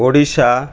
Odisha